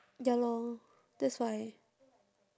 ya lor that's why